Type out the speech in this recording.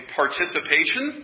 participation